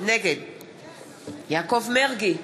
נגד יעקב מרגי,